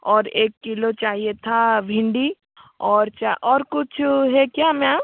और एक किलो चाहिए था भिंडी और चा और कुछ है क्या मैम